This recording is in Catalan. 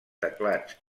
teclats